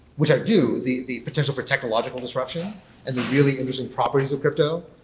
which i do, the the potential for technological disruption and the really interesting properties of crypto.